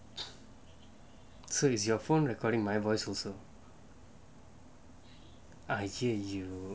so is your phone recording my voice also I hear you